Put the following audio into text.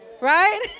right